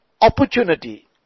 opportunity